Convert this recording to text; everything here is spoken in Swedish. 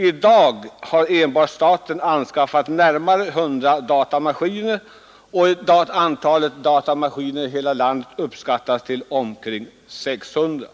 I dag har enbart staten anskaffat närmare 100 datamaskiner, och antalet datamaskiner i hela landet uppskattas till omkring 600.